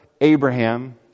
Abraham